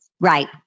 Right